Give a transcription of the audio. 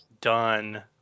done